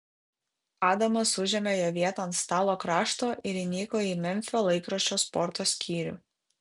adamas užėmė jo vietą ant stalo krašto ir įniko į memfio laikraščio sporto skyrių